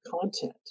content